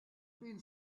been